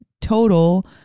total